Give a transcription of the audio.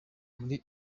muri